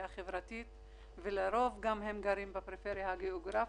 החברתית שהם לרוב גם מהפריפריה הגאוגרפית,